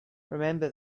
remember